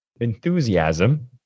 enthusiasm